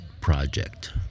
project